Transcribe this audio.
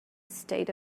state